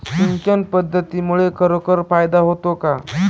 सिंचन पद्धतीमुळे खरोखर फायदा होतो का?